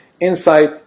inside